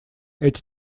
эти